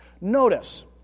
Notice